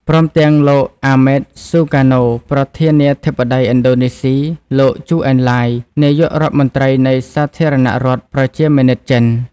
ព្រមទាំង លោក អាម៉េត ស៊ូការណូ ប្រធានាធិបតីឥណ្ឌូណេស៊ី លោក ជូ អេនឡាយ នាយករដ្ឋមន្រ្តីនៃសាធារណរដ្ឋប្រជាមានិតចិន។